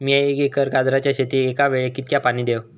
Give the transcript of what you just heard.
मीया एक एकर गाजराच्या शेतीक एका वेळेक कितक्या पाणी देव?